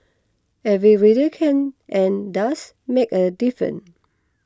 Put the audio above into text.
every reader can and does make a difference